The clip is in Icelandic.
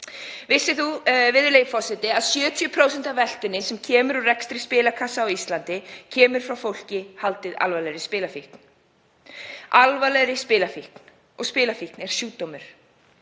Vissir þú, virðulegi forseti, að 70% af veltunni af rekstri spilakassa á Íslandi kemur frá fólki sem haldið er alvarlegri spilafíkn, alvarlegri spilafíkn og spilafíkn er sjúkdómur.